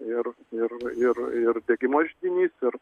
ir ir ir ir degimo židinys ir